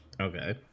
Okay